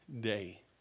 day